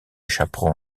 chaperon